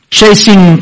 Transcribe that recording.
chasing